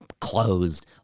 closed